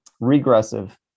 Regressive